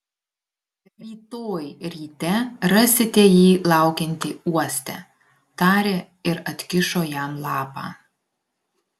rytoj ryte rasite jį laukiantį uoste tarė ir atkišo jam lapą